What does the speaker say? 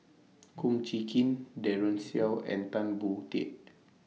Kum Chee Kin Daren Shiau and Tan Boon Teik